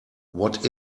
what